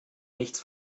nichts